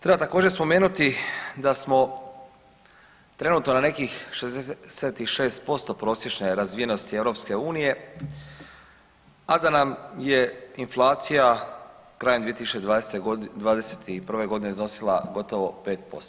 Treba također, spomenuti da smo, trenutno na nekih 66% prosječne razvijenosti EU, a da nam je inflacija krajem 2021. g. iznosila gotovo 5%